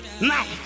Now